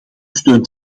steun